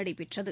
நடைபெற்றது